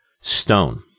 stone